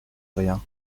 rien